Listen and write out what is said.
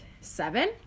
seven